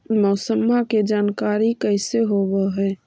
मौसमा के जानकारी कैसे होब है?